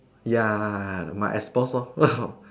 ya my ex boss lor